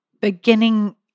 beginning